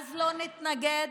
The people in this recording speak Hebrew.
לא נתנגד.